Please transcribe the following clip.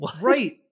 right